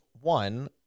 one